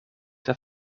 der